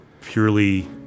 purely